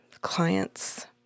client's